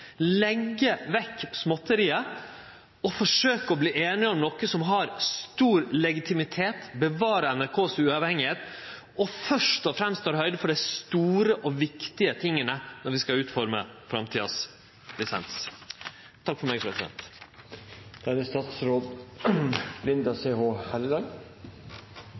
vekk småtteriet og forsøkje å verte einige om noko som har stor legitimitet, som bevarer legitimiteten til NRK og som først og fremst tek høgd for dei store og viktige tinga når vi skal utforme